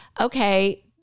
Okay